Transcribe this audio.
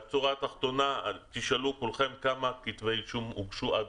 בשורה התחתונה תשאלו כמה כתבי אישום הוגשו עד